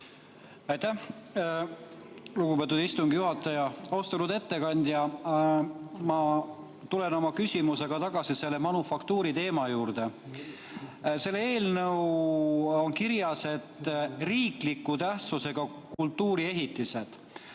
Aitäh, lugupeetud istungi juhataja! Austatud ettekandja! Ma tulen oma küsimusega tagasi selle "Manufaktuuri" teema juurde. Eelnõus on kirjas, et need on riikliku tähtsusega kultuuriehitised.